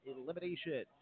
Elimination